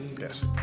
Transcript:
Yes